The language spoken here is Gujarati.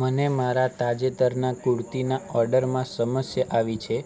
મને મારા તાજેતરના કુર્તીના ઓર્ડરમાં સમસ્યા આવી છે